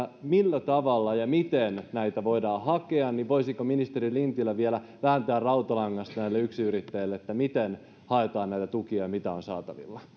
millä tavalla ja miten näitä voidaan hakea niin voisiko ministeri lintilä vielä vääntää rautalangasta näille yksinyrittäjille miten haetaan näitä tukia mitä on saatavilla